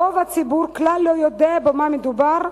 רוב הציבור כלל לא יודע במה מדובר,